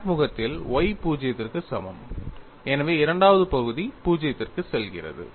crack முகத்தில் y 0 க்கு சமம் எனவே இரண்டாவது பகுதி 0 க்கு செல்கிறது